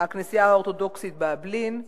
האחרונות: הכנסייה האורתודוקסית באעבלין,